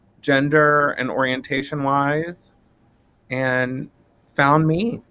gender and orientation-wise and found me.